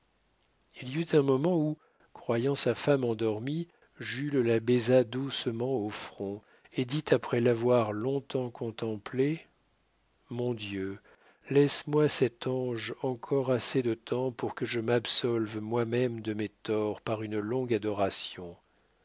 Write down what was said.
il y eut un moment où croyant sa femme endormie jules la baisa doucement au front et dit après l'avoir long-temps contemplée mon dieu laisse-moi cet ange encore assez de temps pour que je m'absolve moi-même de mes torts par une longue adoration